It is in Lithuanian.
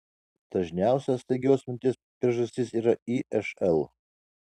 dažniausia staigios mirties priežastis yra išl